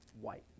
White